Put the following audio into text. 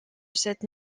cette